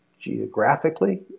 geographically